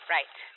Right